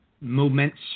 movements